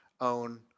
own